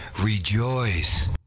Rejoice